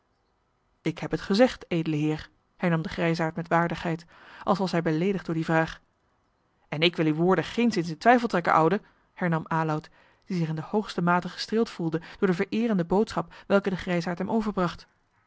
ik heb het gezegd edele heer hernam de grijsaard met waardigheid als was hij beleedigd door die vraag en ik wil uwe woorden geenszins in twijfel trekken oude hernam heer aloud die zich in de hoogste mate gestreeld voelde door de vereerende boodschap welke de grijsaard hem